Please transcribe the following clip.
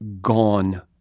gone